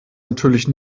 natürlich